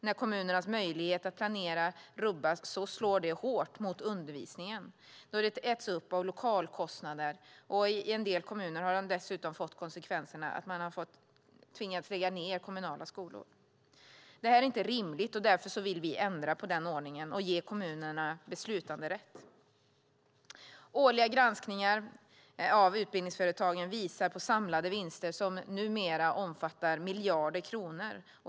När kommunens möjlighet att planera rubbas slår det hårt mot undervisningen eftersom resurserna äts upp av lokalkostnader. I en del kommuner har det dessutom fått konsekvensen att kommunala skolor tvingats läggas ned. Detta är inte rimligt, och därför vill vi ändra på den ordningen och ge kommunerna beslutanderätten. Årliga granskningar av utbildningsföretagen visar på samlade vinster som numera omfattar miljarder kronor.